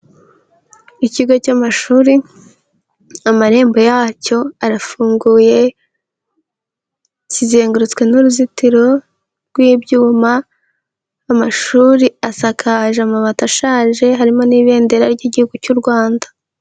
Ikigo cy'amashuri amarembo yacyo arafunguye, kizengurutswe n'uruzitiro rw'ibyuma, amashuri asakaje amabati ashaje, harimo n'ibendera ry'igihugu cy'u Rwanda.